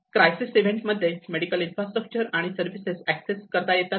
crisis event मध्ये medical infrastructure and services access करता येतात का